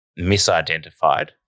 misidentified